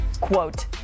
quote